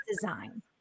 design